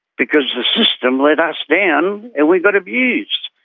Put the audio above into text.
because the system let us down and we got abused,